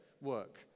work